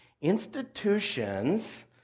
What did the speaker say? institutions